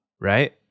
right